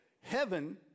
heaven